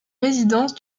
résidence